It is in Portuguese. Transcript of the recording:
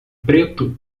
preto